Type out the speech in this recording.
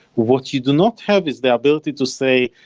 what you do not have is the ability to say,